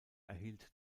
erhielt